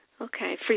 Okay